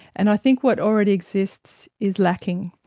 and i think what already exists is lacking.